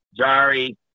Jari